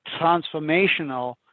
transformational